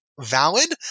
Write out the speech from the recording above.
valid